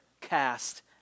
cast